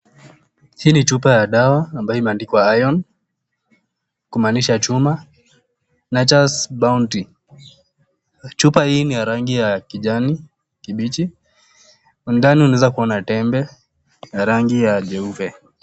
Hii ni chupa ya dawa ambayo imeandikwa Iron kumaanisha chuma, na Nature's Bounty . Chupa hii ni ya rangi ya kijani kibichi. Ndani unaweza kuona tembe ya rangi ya jeupe.